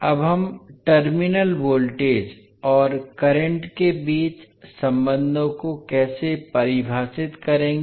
अब हम terminal voltage और करंट के बीच संबंधों को कैसे परिभाषित करेंगे